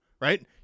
right